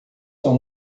são